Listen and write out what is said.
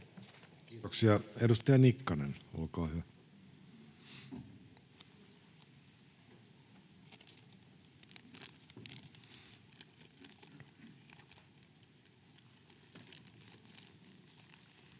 Kiitoksia. — Edustaja Nikkanen, olkaa hyvä. [Speech